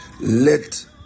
let